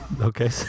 okay